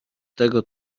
tego